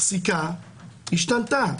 הפסיקה השתנתה.